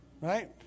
Right